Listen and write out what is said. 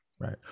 Right